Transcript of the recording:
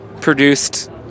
produced